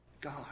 God